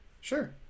Sure